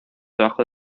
debajo